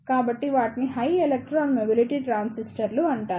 కాబట్టి వాటిని high electron mobility ట్రాన్సిస్టర్లు అంటారు